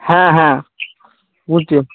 হ্যাঁ হ্যাঁ বুঝছি